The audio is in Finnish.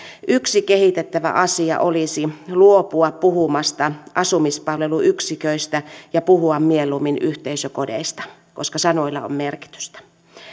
yksi kehitettävä asia olisi luopua puhumasta asumispalveluyksiköistä ja puhua mieluummin yhteisökodeista koska sanoilla on merkitystä